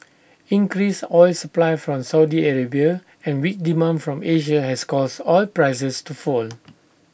increased oil supply from Saudi Arabia and weak demand from Asia has caused oil prices to fall